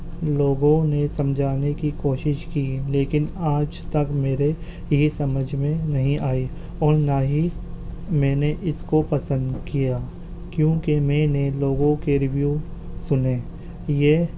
لوگوں نے سمجھانے کی کوشش کی لیکن آج تک میرے یہ سمجھ میں نہیں آئی اور نہ ہی میں نے اس کو پسند کیا کیونکہ میں نے لوگوں کے ریویو سنے یہ